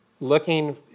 looking